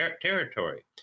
territory